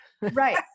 Right